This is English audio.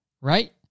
right